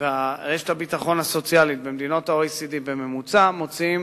ורשת הביטחון הסוציאלית במדינות ה-OECD בממוצע מוציאים